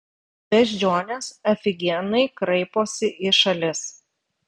beždžionės afigienai kraiposi į šalis